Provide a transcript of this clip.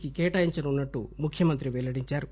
కి కేటాయించనున్నట్టు ముఖ్యమంత్రి పెళ్లడించారు